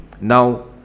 now